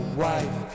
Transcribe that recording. wife